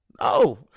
No